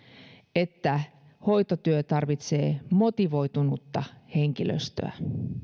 että hoitotyö tarvitsee motivoitunutta henkilöstöä